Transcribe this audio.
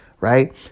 right